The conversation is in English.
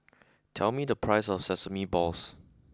tell me the price of Sesame Balls